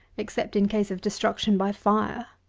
except in case of destruction by fire.